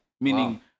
meaning